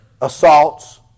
assaults